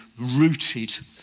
rooted